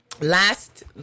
last